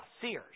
Sears